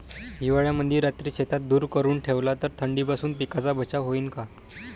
हिवाळ्यामंदी रात्री शेतात धुर करून ठेवला तर थंडीपासून पिकाचा बचाव होईन का?